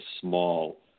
small